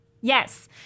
Yes